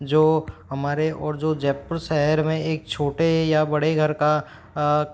जो हमारे और जो जयपुर शहर में एक छोटे या बड़े घर का आ